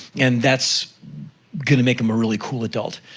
and that's gonna make em a really cool adult,